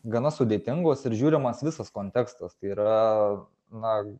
gana sudėtingos ir žiūrimas visas kontekstas tai yra na